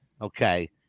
Okay